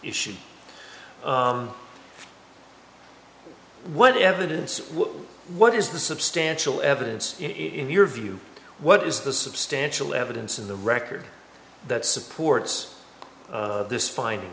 issue what evidence what is the substantial evidence in your view what is the substantial evidence in the record that supports this fin